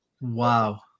wow